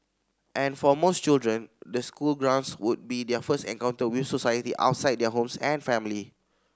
and for most children the school grounds would be their first encounter with society outside their homes and family